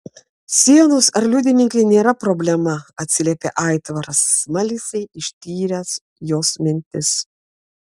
sienos ar liudininkai nėra problema atsiliepė aitvaras smalsiai ištyręs jos mintis